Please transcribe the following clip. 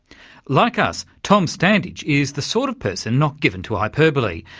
like us, tom standage is the sort of person not given to hyperbole,